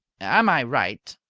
am i right,